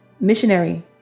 missionary